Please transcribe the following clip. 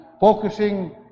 focusing